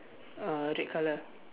uh red color